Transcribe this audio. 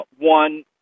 one